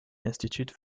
institute